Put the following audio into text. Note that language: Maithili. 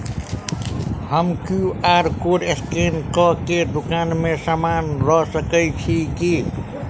हम क्यू.आर कोड स्कैन कऽ केँ दुकान मे समान लऽ सकैत छी की?